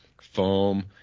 foam